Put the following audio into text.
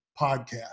podcast